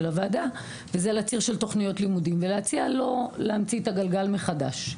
הוועדה וזה לציר של תוכניות לימודים ולהציע לא להמציא את הגלגל מחדש.